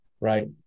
right